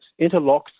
interlocks